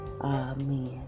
Amen